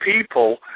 people